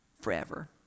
forever